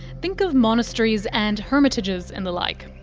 think of monasteries and hermitages and the like.